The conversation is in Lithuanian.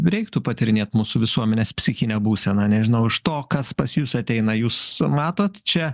reiktų patyrinėt mūsų visuomenės psichinę būseną nežinau iš to kas pas jus ateina jūs matot čia